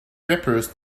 rippers